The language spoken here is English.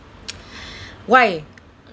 why